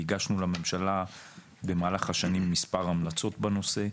והגשנו לממשלה במהלך השנים מספר המלצות בנושא.